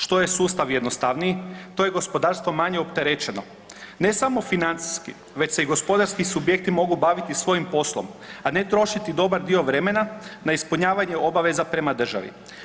Što je sustav jednostavniji, to je gospodarstvo manje opterećeno, ne samo financijski već se i gospodarski subjekti mogu baviti svojim poslom, a ne trošiti dobar dio vremena na ispunjavanje obaveza prema državi.